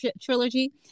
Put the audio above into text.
trilogy